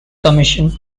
commission